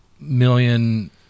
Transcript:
million